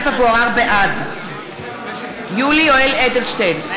בעד יולי יואל אדלשטיין,